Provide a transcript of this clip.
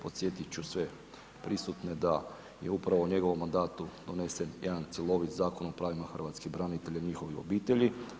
Podsjetiti ću sve prisutne da je upravo u njegovom mandatu donesen jedan cjelovit Zakon o pravima hrvatskih branitelja i njihovih obitelji.